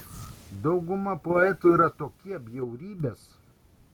dauguma poetų yra tokie bjaurybės